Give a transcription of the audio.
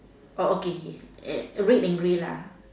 oh okay K eh red and grey lah